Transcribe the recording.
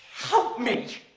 help me!